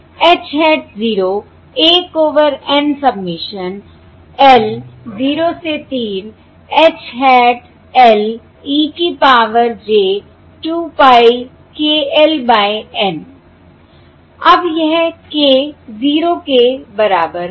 h hat 0 1 over N summation l 0 से 3 H hat l e की power j 2 pie k l by N अब यह k 0 के बराबर है